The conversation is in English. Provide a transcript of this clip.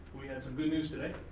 we had some good news today.